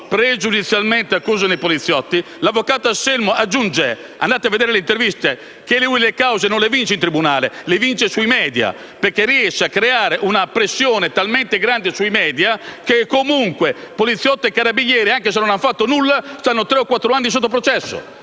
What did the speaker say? pregiudizialmente si accusano i poliziotti. L'avvocato Anselmo aggiunge - andate a leggere le interviste - che lui le cause non le vince in tribunale ma sui *media,* perché riesce a creare una pressione talmente grande sui *media* che comunque poliziotti e carabinieri, anche se non hanno fatto niente, stanno tre o quattro anni sotto processo.